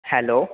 hello